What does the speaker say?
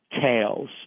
tails